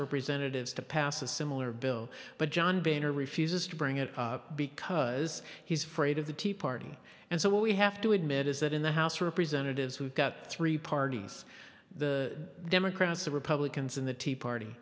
representatives to pass a similar bill but john boehner refuses to bring it up because he's afraid of the tea party and so what we have to admit is that in the house of representatives who got three parties the democrats the republicans in the tea party